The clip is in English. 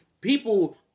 People